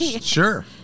Sure